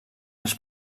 als